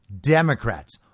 Democrats